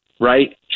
right